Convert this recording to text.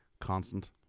constant